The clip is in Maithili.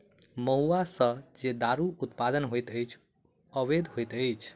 महुआ सॅ जे दारूक उत्पादन होइत अछि से अवैध होइत अछि